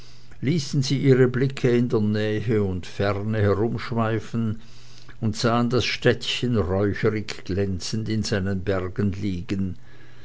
ließen sie ihre blicke in der nähe und ferne herumschweifen und sahen das städtchen räucherig glänzend in seinen bergen liegen